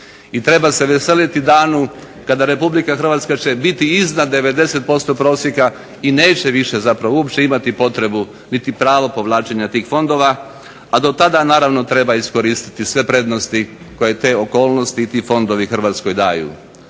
treba se veseliti danu kada Republika Hrvatska će biti iznad 90% prosjeka i neće više zapravo uopće imati potrebu niti pravo povlačenja tih fondova, a do tada naravno treba iskoristiti sve prednosti koje te okolnosti i ti fondovi Hrvatskoj daju.